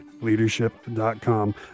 leadership.com